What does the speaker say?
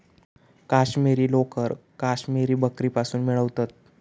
काश्मिरी लोकर काश्मिरी बकरीपासुन मिळवतत